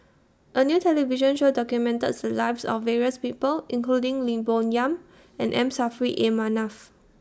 A New television Show documented The Lives of various People including Lim Bo Yam and M Saffri A Manaf